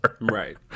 right